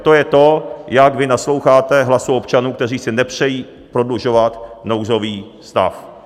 To je to, jak vy nasloucháte hlasu občanů, kteří si nepřejí prodlužovat nouzový stav.